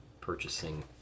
purchasing